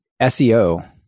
SEO